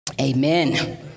amen